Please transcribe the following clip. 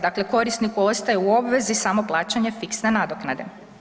Dakle, korisniku ostaje u obvezi samo plaćanje fiksne nadoknade.